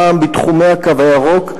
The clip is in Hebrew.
הפעם בתחומי "הקו הירוק",